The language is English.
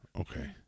Okay